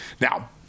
Now